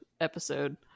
episode